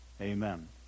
amen